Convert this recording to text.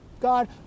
god